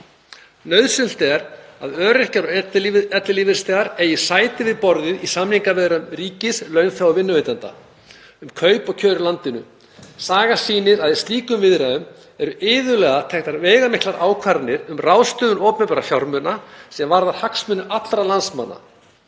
Nauðsynlegt er að öryrkjar og ellilífeyrisþegar eigi sæti við borðið í samningaviðræðum ríkis, launþega og vinnuveitenda um kaup og kjör í landinu. Sagan sýnir að í slíkum viðræðum eru iðulega teknar veigamiklar ákvarðanir um ráðstöfun opinberra fjármuna sem varða hagsmuni allra landsmanna